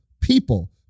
people